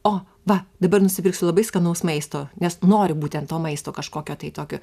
o va dabar nusipirksiu labai skanaus maisto nes noriu būtent to maisto kažkokio tai tokio